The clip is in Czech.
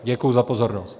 Děkuji za pozornost.